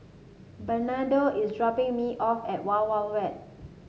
Bernardo is dropping me off at Wild Wild Wet